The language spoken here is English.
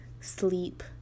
sleep